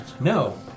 No